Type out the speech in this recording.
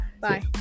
Bye